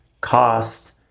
cost